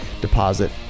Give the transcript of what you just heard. deposit